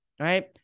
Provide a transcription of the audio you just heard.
right